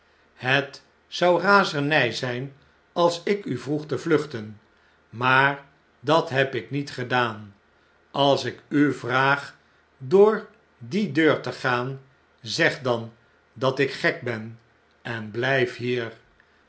het zou razernjj zn'n als ik u vroeg te vluchten maar dat heb ik niet gedaan als ik u vraag door die deur te gaan zeg dan dat ik gek ben en bljjf hier